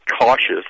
cautious